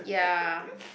ya